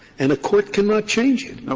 and a court cannot change it.